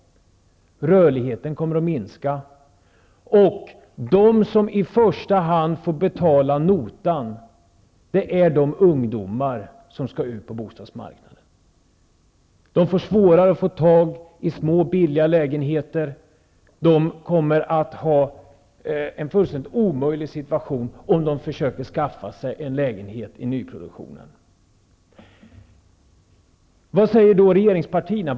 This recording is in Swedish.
Rörligheten kommer att minska, och de som i första hand får betala notan är de ungdomar som skall ut på bostadsmarknaden. De får svårare att få tag i små billiga lägenheter. De kommer att ha en fullständigt omöjlig situation, om de försöker skaffa sig en lägenhet i nyproduktionen. Vad säger då regeringspartierna?